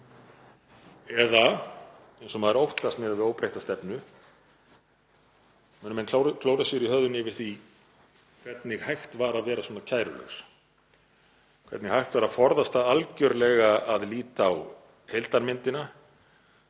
Eða, eins og maður óttast miðað við óbreytta stefnu, munu menn klóra sér í höfðinu yfir því hvernig hægt var að vera svona kærulaus, hvernig hægt var að forðast það algerlega að líta á heildarmyndina,